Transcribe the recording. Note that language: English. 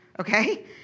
okay